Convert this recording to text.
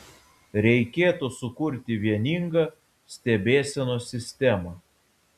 reikėtų sukurti vieningą stebėsenos sistemą